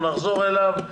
נחזור אליו.